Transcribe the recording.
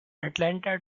atlanta